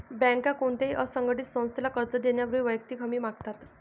बँका कोणत्याही असंघटित संस्थेला कर्ज देण्यापूर्वी वैयक्तिक हमी मागतात